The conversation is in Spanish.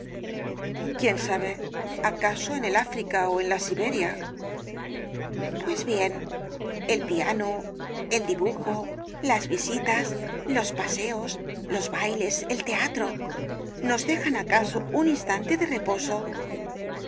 quién sabe acaso en el áfrica ó en la siberia pues bien el piano el dibujo las visitas los paseos los bailes el teatro nos dejan acaso un instante de reposo el